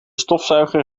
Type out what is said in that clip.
stofzuiger